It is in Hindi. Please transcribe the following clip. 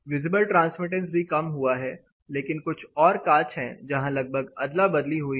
विजिबल ट्रांसमिटेंस भी कम हुआ है लेकिन कुछ और कांच है जहां लगभग अदला बदली हुई है